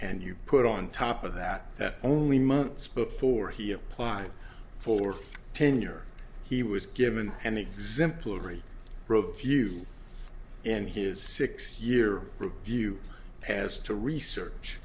and you put on top of that that only months before he applied for tenure he was given an exemplary few and his six year review has to research